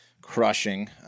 crushing